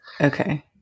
Okay